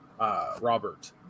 Robert